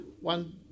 One